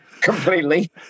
Completely